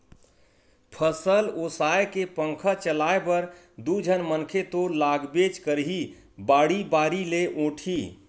फसल ओसाए के पंखा चलाए बर दू झन मनखे तो लागबेच करही, बाड़ी बारी ले ओटही